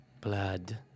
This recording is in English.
Blood